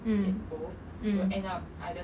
mm mm